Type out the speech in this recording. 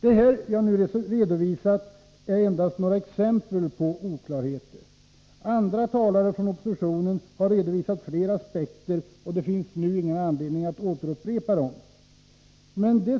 Det jag här redovisat är endast några exempel på oklarheter. Andra talare från oppositionen har redovisat fler aspekter, och det finns nu ingen anledning att upprepa dem.